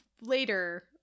later